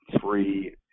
three –